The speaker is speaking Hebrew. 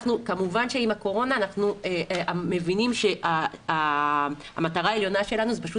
כמובן שעם הקורונה אנחנו מבינים שהמטרה העליונה שלנו זה פשוט